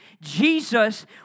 Jesus